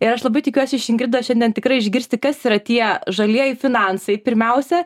ir aš labai tikiuosi iš ingridos šiandien tikrai išgirsti kas yra tie žalieji finansai pirmiausia